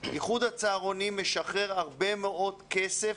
איחוד הצהרונים משחרר הרבה מאוד כסף